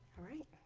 all right